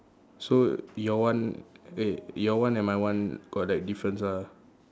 so your one wait your one and my one got like difference ah